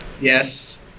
Yes